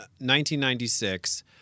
1996